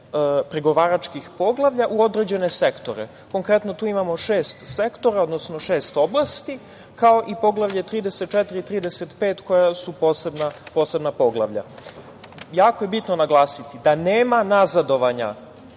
pregovaračkih poglavlja u određene sektore. Konkretno tu imamo šest sektora, odnosno šest oblasti, kao i Poglavlje 34 i 35, koja su posebna Poglavlja. Jako je bitno naglasiti da nema nazadovanja